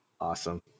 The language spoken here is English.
Awesome